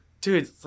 Dude